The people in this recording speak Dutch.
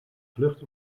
vlucht